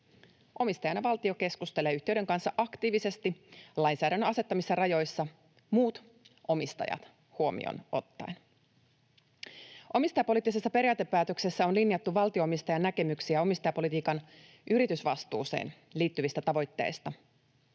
Omistajana valtio keskustelee yhtiöiden kanssa aktiivisesti lainsäädännön asettamissa rajoissa muut omistajat huomioon ottaen. Omistajapoliittisessa periaatepäätöksessä on linjattu valtio-omistajan näkemyksiä omistajapolitiikan yritysvastuuseen liittyvistä tavoitteista.